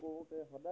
কৰোঁতে সদায়